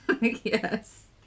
Yes